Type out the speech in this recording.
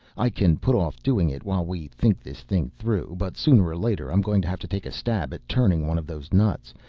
i can put off doing it while we think this thing through, but sooner or later i'm going to have to take a stab at turning one of those nuts.